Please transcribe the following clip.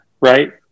right